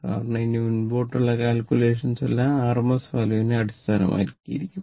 കാരണം ഇനി മുൻപോട്ടുള്ള കാല്കുലേഷൻസ് എല്ലാം rms വാല്യൂവിനെ അടിസ്ഥാനമാക്കിയായിരിക്കും